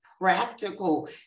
practical